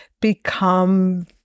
become